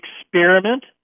experiment